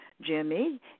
Jimmy